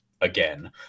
again